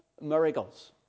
miracles